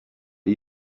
are